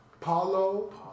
Paulo